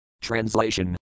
Translation